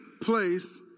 place